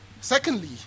Secondly